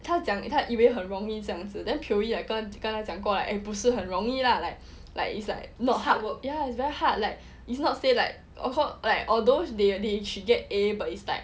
他讲他以为很容易这样子 then pio yee like 跟他讲过 like 不是很容易 lah like like it's like not hard ya it's very hard like it's not say like oh like although they they she get A but it's like